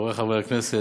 חברי חברי הכנסת,